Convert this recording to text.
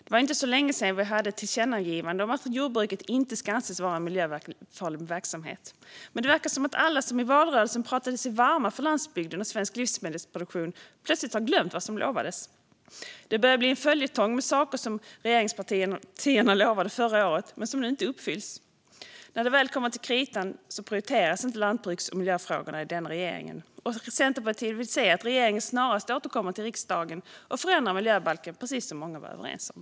Det var ju inte så länge sedan vi hade ett tillkännagivande om att jordbruket inte ska anses vara miljöfarlig verksamhet, men det verkar som att alla som i valrörelsen pratade sig varma för landsbygden och svensk livsmedelsproduktion plötsligt har glömt vad som lovades. Det börjar bli en följetong med saker som regeringspartierna lovade förra året men som nu inte uppfylls. När det väl kommer till kritan prioriteras inte lantbruks och miljöfrågorna av denna regering. Centerpartiet vill se att regeringen snarast återkommer till riksdagen och förändrar miljöbalken, precis som många var överens om.